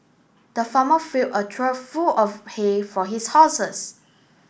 the farmer fill a trough full of hay for his horses